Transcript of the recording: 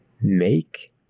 Make